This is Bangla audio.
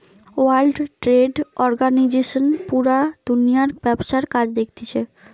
ওয়ার্ল্ড ট্রেড অর্গানিজশন পুরা দুনিয়ার ব্যবসার কাজ দেখতিছে